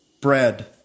bread